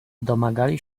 domagali